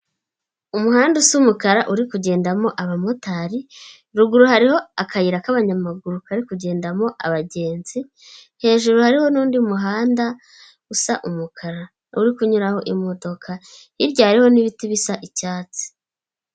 Umuhanda usa umukara, uri kugendamo abamotari, ruguru hariho akayira k'abanyamaguru kari kugendamo abagenzi, hejuru hariho n'undi muhanda usa umukara, uri kunyuraraho imodoka, hirya hariho n'ibiti bisa icyatsi.